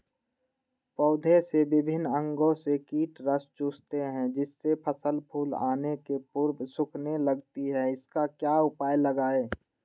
पौधे के विभिन्न अंगों से कीट रस चूसते हैं जिससे फसल फूल आने के पूर्व सूखने लगती है इसका क्या उपाय लगाएं?